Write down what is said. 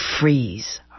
freeze